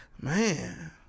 man